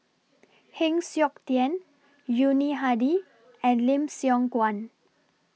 Heng Siok Tian Yuni Hadi and Lim Siong Guan